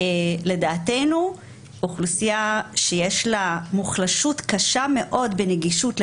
לדעתנו אוכלוסייה שיש לה מוחלשות קשה מאוד בנגישות למידע,